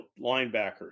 linebackers